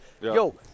Yo